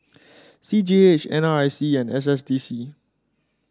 C G H N R C E and S S D C